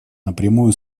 напрямую